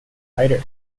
lighter